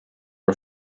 are